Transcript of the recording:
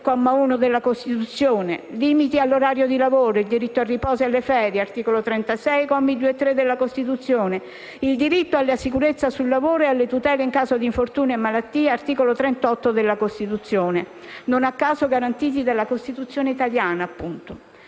1, della Costituzione - limiti all'orario di lavoro, diritto al riposo e alle ferie (articolo 36, commi 2 e 3 della Costituzione), diritto alla sicurezza sul lavoro e alle tutele in caso di infortunio o malattia (articolo 38 della Costituzione), non a caso garantiti della Costituzione italiana.